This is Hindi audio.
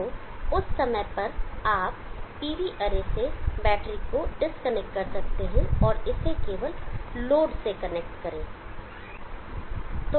तो उस समय आप PV अरे से बैटरी को डिस्कनेक्ट कर सकते हैं और इसे केवल लोड से कनेक्ट करें